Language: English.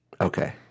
Okay